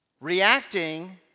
Reacting